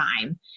time